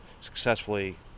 successfully